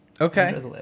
okay